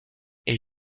est